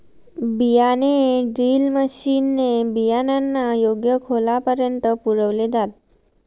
बियाणे drill machine ने बियाणांना योग्य खोलापर्यंत पुरल जात